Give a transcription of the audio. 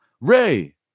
Ray